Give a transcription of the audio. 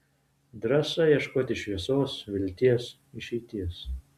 drąsa ieškoti šviesos vilties išeities